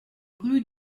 rue